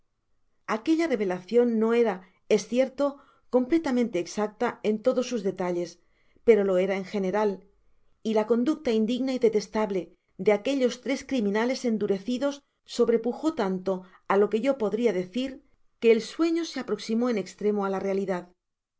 aquella revelacion no era es cierto completamente exacta en todos sus detalles pero lo era en general y la conducta indigna y detestable de aquellos tres criminales endurecidos sobrepujó tanto á lo que yo podria decir que el sueño se aproximó en estremo á la realidad